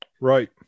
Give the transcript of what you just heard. Right